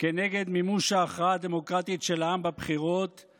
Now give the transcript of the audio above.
כנגד מימוש ההכרעה הדמוקרטית של העם בבחירות,